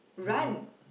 run